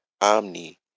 Omni